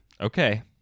Okay